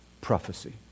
prophecy